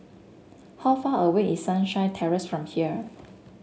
how far away is Sunshine Terrace from here